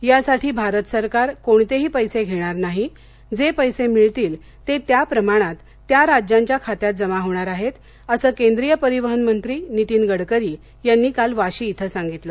यासाठी भारत सरकार कोणतेही पैसे घेणार नाही जे पैसे मिळतील ते त्या प्रमाणात त्या राज्यांच्या खात्यात जमा होणार आहेत असं केंद्रिय परिवहन मंत्री नितीन गडकरी यांनीकाल वाशी इथं सांगितलं